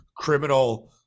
Criminal